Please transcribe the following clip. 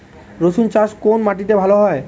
রুসুন চাষ কোন মাটিতে ভালো হয়?